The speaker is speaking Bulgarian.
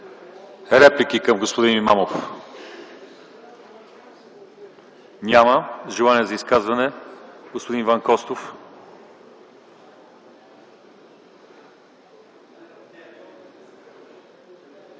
Реплики към господин Имамов? Няма. Желание за изказване? Господин Иван Костов.